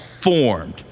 formed